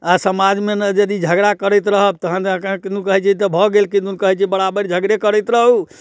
आओर समाजमे यदि झगड़ा करैत रहब तहनके किदुन कहै छै तऽ भऽ गेल किदुन कहै छै बराबरि झगड़े करैत रहू